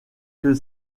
que